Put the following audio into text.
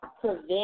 prevent